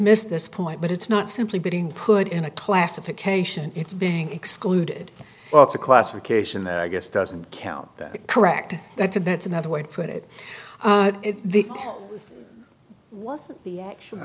missed this point but it's not simply being put in a classification it's being excluded well it's a classification that i guess doesn't count correct that's a that's another way to put it what the act